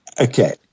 Okay